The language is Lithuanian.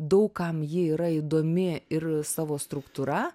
daug kam ji yra įdomi ir savo struktūra